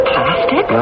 Plastic